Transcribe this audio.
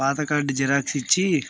పాత card xerox ఇచ్చి